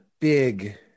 big